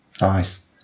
Nice